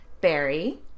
Barry